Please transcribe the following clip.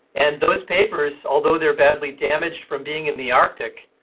and those papers, although they are badly damaged from being in the arctic,